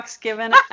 given